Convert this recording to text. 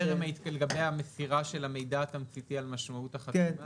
לגבי המסירה של המידע התמציתי על משמעות החתימה?